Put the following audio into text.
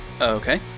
Okay